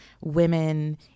women